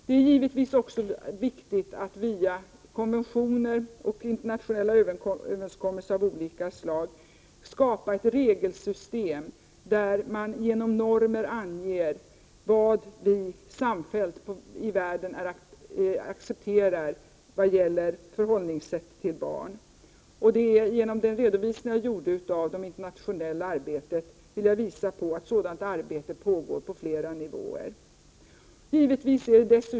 Det är givetvis också viktigt att via konventioner och internationella överenskommelser av olika slag skapa ett regelsystem där man genom normer anger vad vi samfällt i världen accepterar vad gäller förhållningssättet till barn. Genom den redovisning jag här har gjort av det internationella arbetet vill jag visa på att sådant arbete pågår på flera nivåer.